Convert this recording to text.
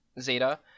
Zeta